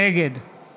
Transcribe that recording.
נגד